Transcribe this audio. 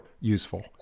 useful